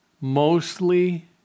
mostly